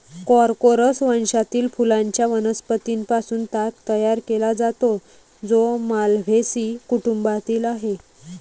Corchorus वंशातील फुलांच्या वनस्पतीं पासून ताग तयार केला जातो, जो माल्व्हेसी कुटुंबातील आहे